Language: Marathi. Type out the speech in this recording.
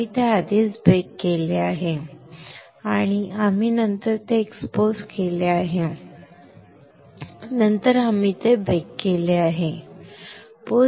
आम्ही ते आधीच बेक केले आहे नंतर आम्ही ते एक्सपोज केले आहे नंतर आम्ही ते बेक केले आहे